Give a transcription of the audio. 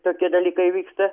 tokie dalykai vyksta